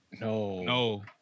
No